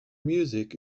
music